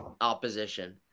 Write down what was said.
opposition